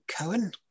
Cohen